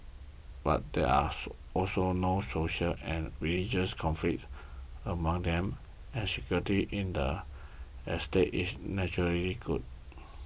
and there are also no racial and religious conflicts among them and security in the estates is good